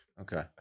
Okay